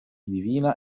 divina